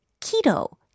keto